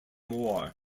war